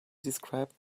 described